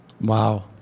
Wow